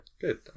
Good